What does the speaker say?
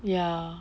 ya